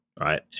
Right